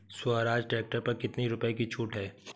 Swaraj tractor पर कितनी रुपये की छूट है?